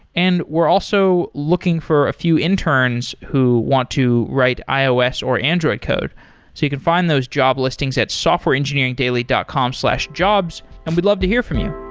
and we're also looking for a few interns who want to write ios or android code. so you can find those job listings softwareengineeringdaily dot com slash jobs and would love to hear from you.